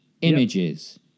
Images